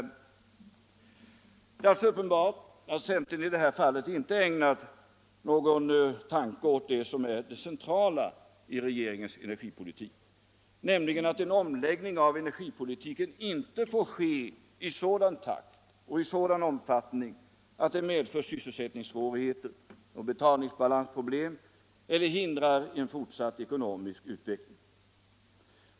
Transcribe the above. Det är alltså uppenbart att centern i det här fallet inte ägnat någon tanke åt det som är det centrala i regeringens energipolitik, nämligen att en omläggning av energipolitiken inte får ske i sådan takt och sådan omfattning att det medför sysselsättningssvårigheter, betalningsbalansproblem eller hindrar en fortsatt ekonomisk utveckling.